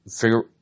figure